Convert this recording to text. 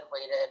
waited